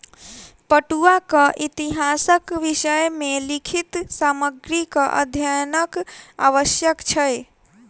पटुआक इतिहासक विषय मे लिखित सामग्रीक अध्ययनक आवश्यक छै